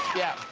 yeah,